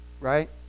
Right